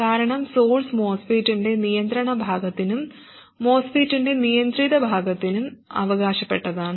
കാരണം source MOSFET ന്റെ നിയന്ത്രണ ഭാഗത്തിനും MOSFET ന്റെ നിയന്ത്രിത ഭാഗത്തിനും അവകാശപ്പെട്ടതാണ്